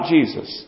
Jesus